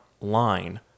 line